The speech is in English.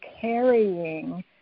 carrying